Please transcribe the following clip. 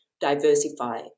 diversify